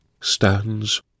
stands